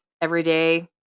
everyday